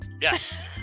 Yes